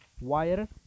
wire